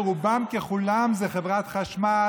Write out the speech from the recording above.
שרובם ככולם זה עם חברת חשמל,